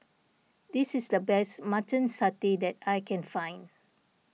this is the best Mutton Satay that I can find